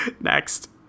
Next